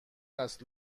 است